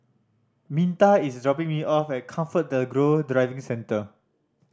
Minta is dropping me off at ComfortDelGro Driving Centre